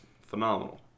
phenomenal